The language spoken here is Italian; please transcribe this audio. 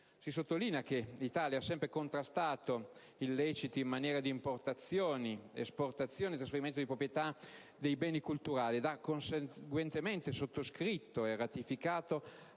Si sottolinea che l'Italia ha sempre contrastato illeciti in materia di importazioni, esportazioni e trasferimento di proprietà dei beni culturali ed ha conseguentemente sottoscritto e ratificato